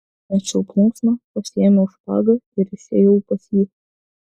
mečiau plunksną pasiėmiau špagą ir išėjau pas jį